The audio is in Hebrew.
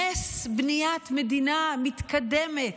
נס בניית מדינה מתקדמת,